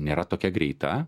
nėra tokia greita